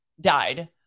died